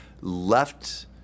left